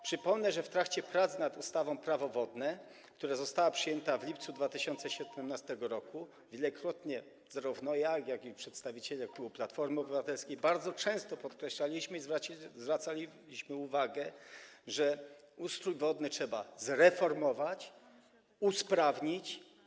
Przypomnę, że w trakcie prac nad ustawą Prawo wodne, która została przyjęta w lipcu 2017 r., zarówno ja, jak i przedstawiciele klubu Platformy Obywatelskiej wielokrotnie, bardzo często podkreślaliśmy i zwracaliśmy uwagę, że ustrój wodny trzeba zreformować, usprawnić.